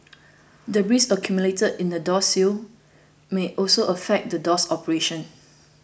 debris accumulated in the door sill may also affect the door's operation